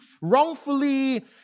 wrongfully